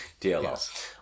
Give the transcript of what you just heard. DLR